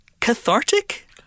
cathartic